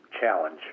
Challenge